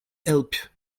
help